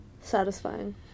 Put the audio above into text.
Satisfying